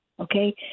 Okay